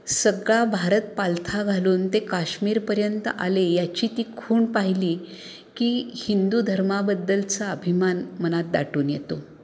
सगळा भारत पालथा घालून ते काश्मीरपर्यंत आले ह्याची ती खूण पाहिली की हिंदू धर्माबद्दलचा अभिमान मनात दाटून येतो